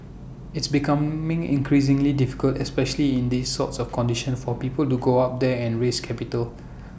it's becoming increasingly difficult especially in these sorts of conditions for people to go up there and raise capital